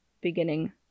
beginning